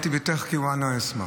(אומר בערבית ומתרגם) אתה תדבר ואני אשמע.